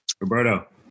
Roberto